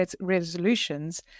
resolutions